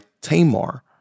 Tamar